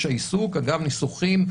דאגנו לנסח סעיף